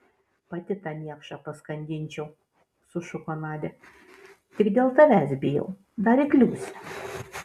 pati tą niekšą paskandinčiau sušuko nadia tik dėl tavęs bijau dar įkliūsi